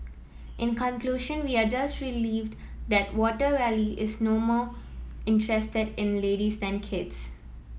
in conclusion we are just relieved that Water Wally is no more interested in ladies than kids